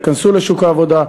ייכנסו לשוק העבודה,